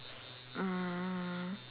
mm